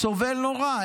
סובל נורא.